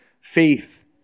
faith